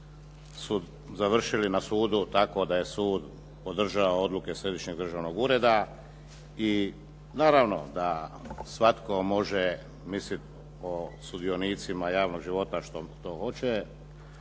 su završili na sudu tako da je sud podržao odluke Središnjeg državnog ureda i naravno da svatko može mislit o sudionicima javnog života što hoće.